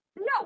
No